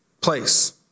place